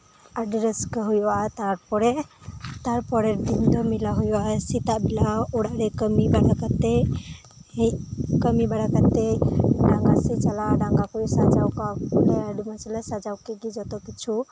ᱟᱹᱰᱤ ᱨᱟᱹᱥᱠᱟᱹ ᱦᱩᱭᱩᱜᱼᱟ ᱛᱟᱨᱯᱚᱨᱮ ᱛᱟᱨᱯᱚᱨᱮᱨ ᱫᱤᱱ ᱫᱚ ᱢᱮᱞᱟ ᱦᱩᱭᱩᱜᱼᱟ ᱥᱤᱛᱟᱜ ᱵᱮᱞᱟ ᱚᱲᱟᱜ ᱨᱮ ᱠᱟᱹᱢᱤ ᱵᱟᱲᱟ ᱠᱟᱛᱮ ᱦᱮᱡ ᱠᱟᱹᱢᱤ ᱵᱟᱲᱟ ᱠᱟᱛᱮ ᱰᱟᱸᱜᱟ ᱥᱮᱫ ᱪᱟᱞᱟᱣ ᱰᱟᱸᱜᱟ ᱥᱮᱫ ᱨᱮ ᱥᱟᱡᱟᱣ ᱴᱷᱤᱠ ᱠᱟᱛᱮ ᱟᱹᱰᱤ ᱢᱚᱡᱽ ᱞᱮ ᱥᱟᱡᱟᱣ ᱠᱮᱫ ᱜᱮ ᱡᱚᱛᱚᱠᱤᱪᱷᱩ